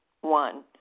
One